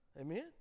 Amen